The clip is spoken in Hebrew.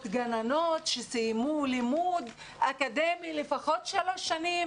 גננות שסיימו לימוד אקדמי לפחות שלוש שנים,